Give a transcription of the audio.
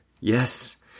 Yes